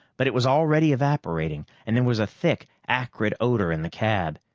but it was already evaporating, and there was a thick, acrid odor in the cab.